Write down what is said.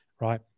right